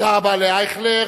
תודה רבה לאייכלר.